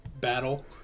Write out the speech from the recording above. battle